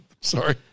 Sorry